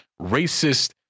racist